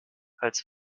als